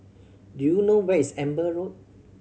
do you know where is Amber Road